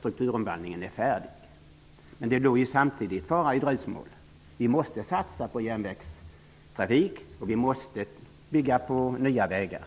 strukturomvandlingen är färdig. Men det ligger samtidigt fara i dröjsmål. Vi måste satsa på järnvägstrafik och vi måste bygga nya vägar.